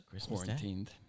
quarantined